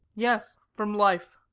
yes, from life.